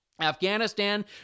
Afghanistan